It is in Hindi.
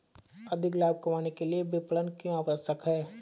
अधिक लाभ कमाने के लिए विपणन क्यो आवश्यक है?